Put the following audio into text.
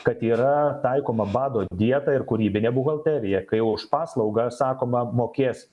kad yra taikoma bado dieta ir kūrybinė buhalterija kai už paslaugą sakoma mokės